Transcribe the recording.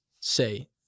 say